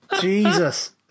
Jesus